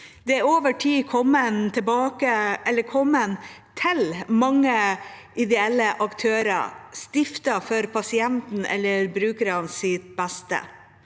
Det er over tid kommet til mange ideelle aktører, stiftet for pasientenes eller brukernes beste.